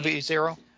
Zero